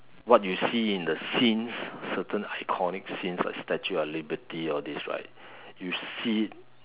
what you see in the scenes certain iconic scenes like statue of liberty all these right you see it